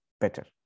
Better